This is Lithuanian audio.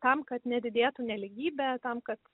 tam kad nedidėtų nelygybė tam kad